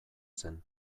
zen